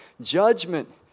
judgment